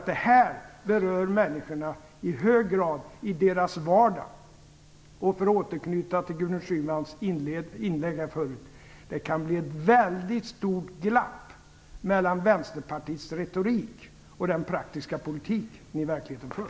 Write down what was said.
Det här berör människorna i hög grad i deras vardag. För att återknyta till Gudrun Schymans inlägg här förut: Det kan bli ett väldigt stort glapp mellan Vänsterpartiets retorik och den praktiska politik det i verkligheten för.